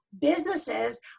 businesses